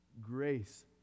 Grace